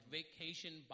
vacation